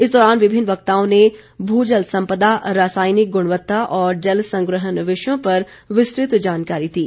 इस दौरान विभिन्न वक्ताओं ने भू जल सम्पदा रासायनिक गुणवत्ता और जल संग्रहण विषयों पर विस्तृत जानकारी दी